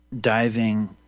diving